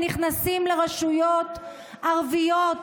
שנכנסים לרשויות ערביות,